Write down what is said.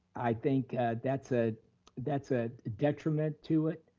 i think that's ah that's a detriment to it.